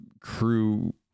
crew